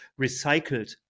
recycled